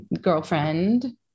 girlfriend